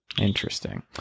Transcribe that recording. Interesting